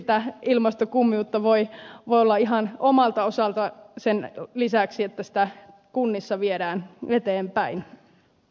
sitä ilmastokummiutta voi olla ihan omalta osalta sen lisäksi että sitä kunnissa viedään eteenpäin